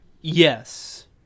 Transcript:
Yes